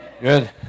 Good